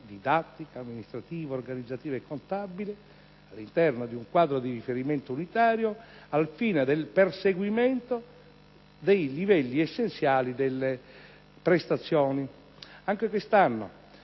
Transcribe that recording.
didattica, amministrativa, organizzativa e contabile - all'interno di un quadro di riferimento unitario al fine del perseguimento dei livelli essenziali delle prestazioni. Anche quest'anno,